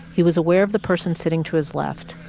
he was aware of the person sitting to his left,